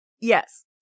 yes